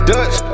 Dutch